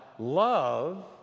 Love